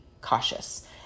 cautious